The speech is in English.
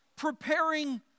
preparing